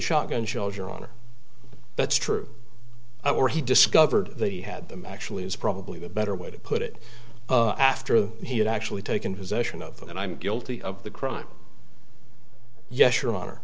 shotgun shells your honor that's true or he discovered that he had them actually is probably the better way to put it after he had actually taken possession of them and i'm guilty of the crime yes your honor